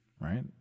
right